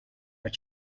but